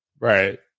Right